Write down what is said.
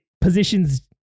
positions